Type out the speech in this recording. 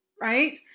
right